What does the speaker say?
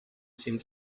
seemed